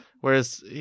Whereas